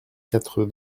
quatre